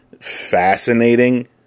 fascinating